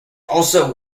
also